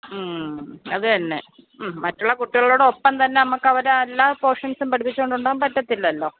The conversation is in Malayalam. അത് തന്നെ മറ്റുള്ള കുട്ടികളോടൊപ്പം തന്നെ നമുക്കവരെ അല്ലാപ്പോഷൻസും പഠിപ്പിച്ചോണ്ട് കൊണ്ടോവാൻ പറ്റത്തില്ലല്ലോ